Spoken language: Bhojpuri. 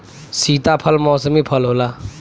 सीताफल मौसमी फल होला